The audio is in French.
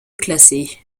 classé